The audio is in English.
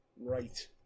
right